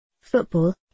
Football